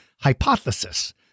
hypothesis